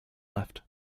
left